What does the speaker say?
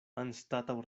anstataŭ